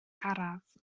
araf